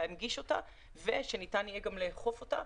להנגיש אותה ושניתן יהיה גם לאכוף אותה.